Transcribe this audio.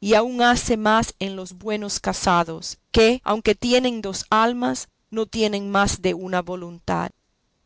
y aún hace más en los buenos casados que aunque tienen dos almas no tienen más de una voluntad